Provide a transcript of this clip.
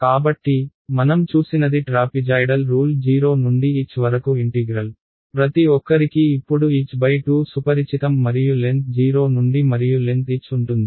కాబట్టి మనం చూసినది ట్రాపిజాయ్డల్ రూల్ 0 నుండి h వరకు ఇంటిగ్రల్ ప్రతి ఒక్కరికీ ఇప్పుడు h2 సుపరిచితం మరియు లెన్త్ 0 నుండి మరియు లెన్త్ h ఉంటుంది